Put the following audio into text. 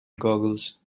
googles